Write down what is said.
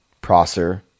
Prosser